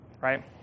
Right